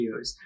videos